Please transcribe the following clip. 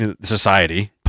society